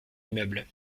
immeuble